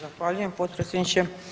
Zahvaljujem potpredsjedniče.